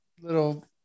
little